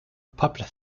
puppet